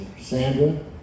Sandra